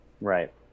Right